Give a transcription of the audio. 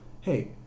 hey